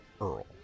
Earl